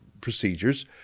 procedures